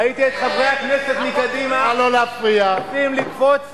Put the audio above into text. ראיתי את חברי הכנסת מקדימה מנסים לתפוס טרמפ,